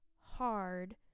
hard